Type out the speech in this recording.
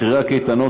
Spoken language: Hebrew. מחירי הקייטנות,